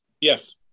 Yes